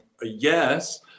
yes